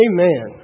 Amen